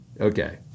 Okay